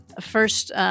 first